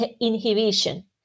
inhibition